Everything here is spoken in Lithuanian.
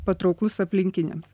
patrauklus aplinkiniams